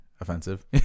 offensive